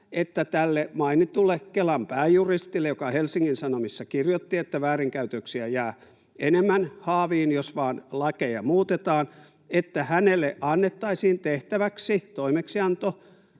että tälle mainitulle Kelan pääjuristille, joka Helsingin Sanomissa kirjoitti, että väärinkäytöksiä jää enemmän haaviin, jos vain lakeja muutetaan, annettaisiin toimeksianto